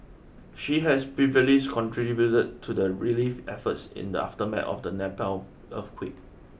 she has previously contributed to the relief efforts in the aftermath of the Nepal earthquake